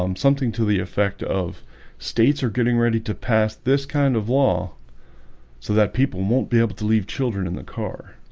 um something to the effect of states are getting ready to pass this kind of law so that people won't be able to leave children in the car,